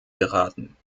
beraten